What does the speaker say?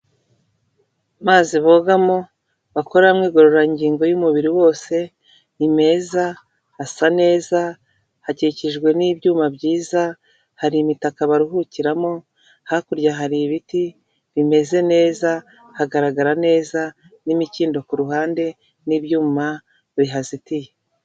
Amazi bogamo bakora mo igororangingo y'umubiri wose, ni meza, asa neza, hakikijwe n'ibyuma byiza hari imitaka baruhukiramo hakurya hari ibiti bimeze neza hagaragara neza n'imikindo kuru ruhande n'ibyuma bihazitiye.